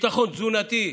ביטחון תזונתי.